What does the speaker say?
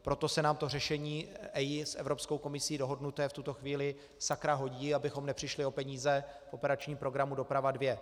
Proto se nám to řešení EIA s Evropskou komisí dohodnuté v tuto chvíli sakra hodí, abychom nepřišli o peníze v operačním programu Doprava 2.